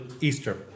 Easter